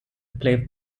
play